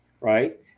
right